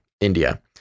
India